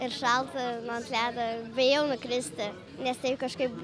ir šalta ant ledo bijau nukristi nes tai kažkaip